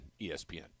ESPN